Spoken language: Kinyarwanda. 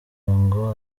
ngo